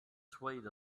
swayed